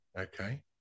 Okay